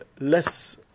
less